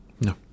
No